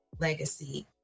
legacy